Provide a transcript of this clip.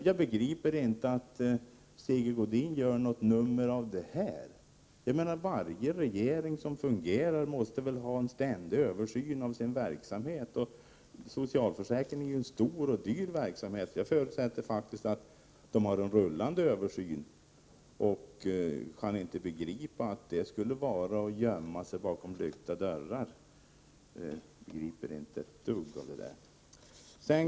Jag begriper inte att Sigge Godin gör ett nummer av det här. Varje regering som fungerar måste väl göra en ständig översyn av sin verksamhet, och socialförsäkringen är en stor och dyr verksamhet. Jag förutsätter faktiskt att man har en rullande översyn, och jag kan inte begripa att det skulle vara att gömma sig bakom lyckta dörrar. Jag förstår inte dugg av det där.